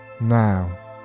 now